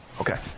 Okay